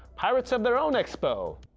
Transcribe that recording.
pirates have their own expo,